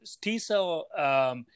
T-cell